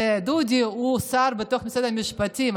שדודי הוא שר במשרד המשפטים,